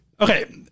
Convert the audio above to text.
Okay